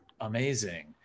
amazing